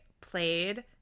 played